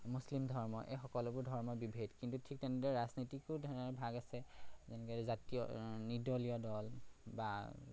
মুছলিম ধৰ্ম এই সকলোবোৰ ধৰ্মৰ বিভেদ কিন্তু ঠিক তেনেদৰে ৰাজনীতিকো তেনে ধৰণে ভাগ আছে যেনেকে জাতীয় নিৰ্দলীয় দল বা